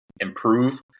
improve